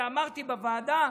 אמרתי בוועדה: